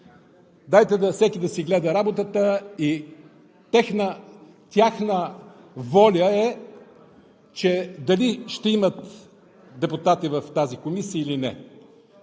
дайте всеки да си гледа работата – тяхна воля е дали ще имат депутати в тази комисия, или не.